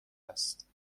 است